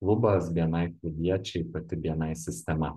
klubas bni klubiečiai pati bni sistema